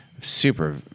super